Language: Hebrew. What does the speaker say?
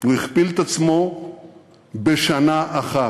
הוא הכפיל את עצמו בשנה אחת.